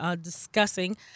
discussing